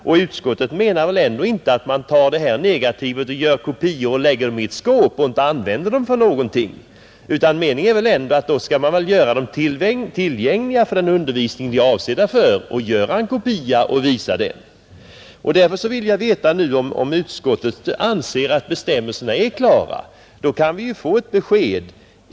Och utskottet menar väl ändå inte att man tar det här negativet och gör kopior för att lägga dem i ett skåp och inte använda dem till någonting, utan meningen är väl att man skall göra dem tillgängliga för den undervisning de är avsedda för, alltså göra en kopia och visa den. Därför vill jag veta om utskottet anser att bestämmelserna är klara. Då kan vi ju få ett besked.